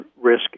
risk